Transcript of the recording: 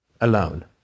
alone